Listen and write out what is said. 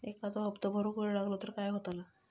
एखादो हप्तो भरुक वेळ लागलो तर काय होतला?